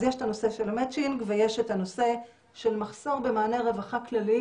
אז יש את הנושא של המצ'ינג ויש את הנושא של מחסור במעני רווחה כלליים